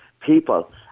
people